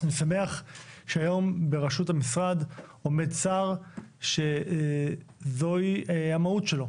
אני שמח שהיום בראשות המשרד עומד שר שזו היא המהות שלו,